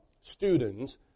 students